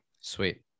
Sweet